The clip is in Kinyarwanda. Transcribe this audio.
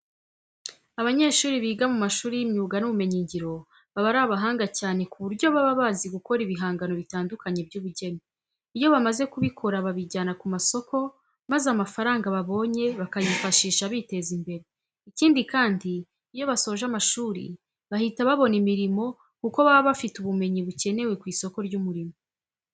Abanyeshuri biga mu mashuri y'imyuga n'ubumenyingiro baba ari abahanga cyane ku buryo baba bazi gukora ibihangano bitandukanye by'ubugeni. Iyo bamaze kubikora babijyana ku masoko maza amafaranga babonye bakayifashisha biteza imbere. Ikindi kandi, iyo basoje amashuri bahita babona imirimo kuko baba bafite ubumenyi bukenewe ku isoko ry'umurimo.